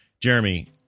Jeremy